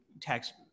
text